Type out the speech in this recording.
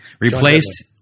replaced